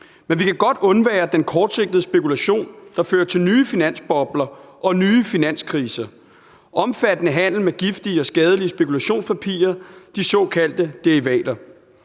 Men vi kan godt undvære den kortsigtede spekulation, der fører til nye finansbobler og nye finanskriser, omfattende handel med giftige og skadelige spekulationspapirer, de såkaldte derivater.